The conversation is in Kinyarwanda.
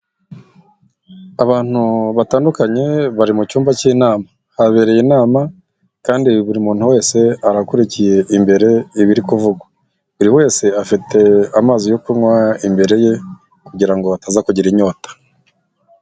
Abantu batandukanye bari mu cyumba cy'inama. Habereye inama kandi buri muntu wese arakurikiye imbere ibiri kuvugwa. Buri wese afite amazi yo kunywa imbere ye kugira ngo ataza kugira inyota.